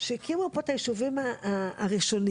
שהקימו פה את הישובים הראשונים,